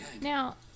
Now